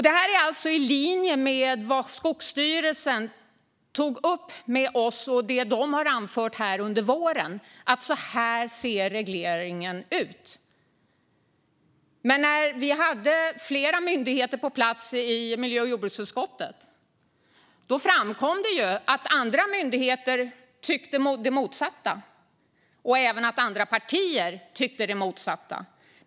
Detta är i linje med vad Skogsstyrelsen har tagit upp med oss och anfört här under våren: Så här ser regleringen ut. När vi hade flera myndigheter på plats i miljö och jordbruksutskottet framkom det att andra myndigheter tyckte det motsatta, och även att andra partier tyckte det motsatta.